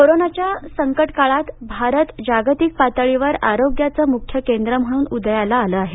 कोरोनाच्या संकट काळात भारत जागतिक पातळीवर आरोग्याचं मुख्य केंद्र म्हणून उदयाला आलं आहे